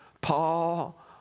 Paul